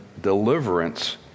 deliverance